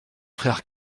frères